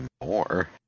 more